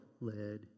led